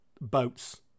boats